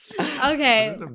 Okay